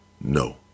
No